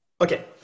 Okay